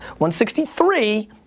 163